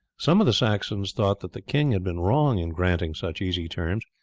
some of the saxons thought that the king had been wrong in granting such easy terms,